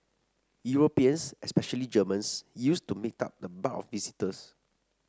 Europeans especially Germans used to make up the bulk of visitors